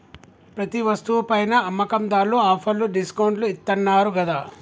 ప్రతి వస్తువు పైనా అమ్మకందార్లు ఆఫర్లు డిస్కౌంట్లు ఇత్తన్నారు గదా